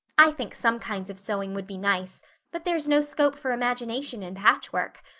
i think some kinds of sewing would be nice but there's no scope for imagination in patchwork.